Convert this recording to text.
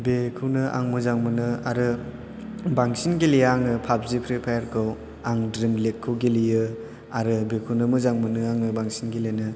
बेखौनो आं मोजां मोनो आरो बांसिन गेलेआ आङो पाबजि फ्रि फायार खौ आं ड्रिम लिग खौ गेलेयो आरो बेखौनो मोजां मोनो आङो बांसिन गेलेनो